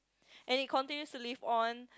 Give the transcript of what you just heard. and it continues to live on